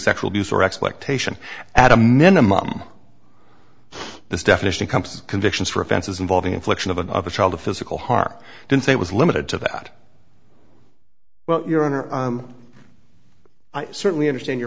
sexual abuse or expectation at a minimum this definition comes convictions for offenses involving infliction of another child a physical harm i didn't say it was limited to that well i certainly understand your